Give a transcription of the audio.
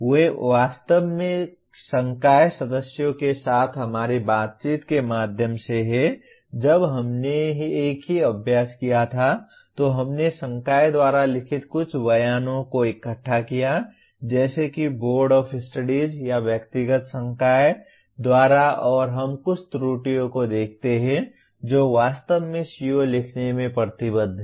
वे वास्तव में संकाय सदस्यों के साथ हमारी बातचीत के माध्यम से हैं जब हमने एक ही अभ्यास किया था तो हमने संकाय द्वारा लिखित कुछ बयानों को इकट्ठा किया जैसे कि बोर्डों ऑफ स्टडीज या व्यक्तिगत संकाय द्वारा और हम कुछ त्रुटियों को देखते हैं जो वास्तव में CO लिखने में प्रतिबद्ध हैं